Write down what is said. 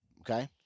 okay